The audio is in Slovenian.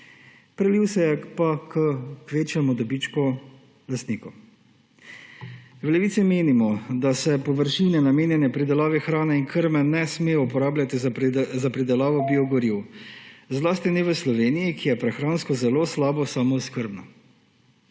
prilil se je pa k kvečjemu dobičku lastnikov. V Levici menimo, da se površine, namenjene pridelavi hrane in krme, ne smejo uporabljati za pridelavo biogoriv, zlasti ne v Sloveniji, ki je prehransko zelo slabo samooskrbna.